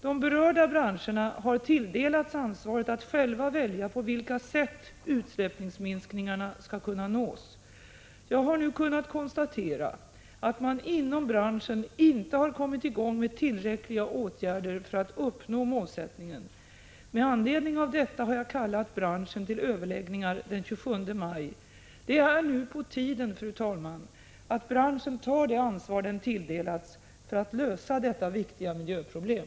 De berörda branscherna har tilldelats ansvaret att själva välja på vilka sätt utsläppsminskningarna skall kunna nås. Jag har nu kunnat konstatera att man inom branschen inte kommit i gång med tillräckliga åtgärder för att uppnå målsättningen. Med anledning av detta har jag kallat branschen till överläggningar den 27 maj. Det är nu på tiden att branschen tar det ansvar den tilldelats för att lösa detta viktiga miljöproblem.